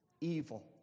evil